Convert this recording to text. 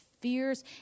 fears